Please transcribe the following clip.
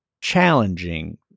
challenging